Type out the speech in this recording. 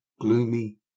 gloomy